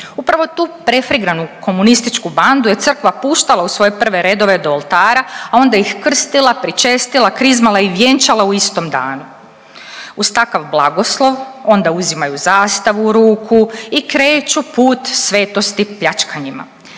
Upravo tu prefriganu komunističku bandu je crkva puštala u svoje prve redove do oltara, a onda ih krstila, pričestila, krizmala i vjenčala u istom danu. Uz takav blagoslov onda uzimaju zastavu u ruku i kreću put svetosti pljačkanjima,